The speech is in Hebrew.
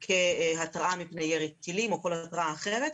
כהתרעה מפני ירי טילים או כל התרעה אחרת,